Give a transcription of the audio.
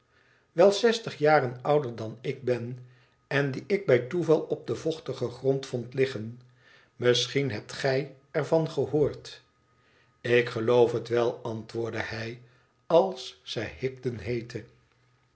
wel zestig jaren ouder dan ik ben en die ik bij toeval op den vochtigen grond vond liggen misschien hebt gij er van gehoord ik geloof het wel antwoordde hij als zij higden heette